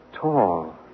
tall